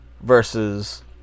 versus